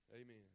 Amen